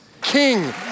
King